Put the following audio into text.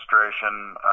Administration